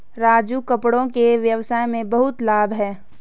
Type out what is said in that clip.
राजू कपड़ों के व्यवसाय में बहुत लाभ है